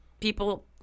people